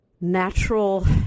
natural